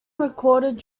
recorded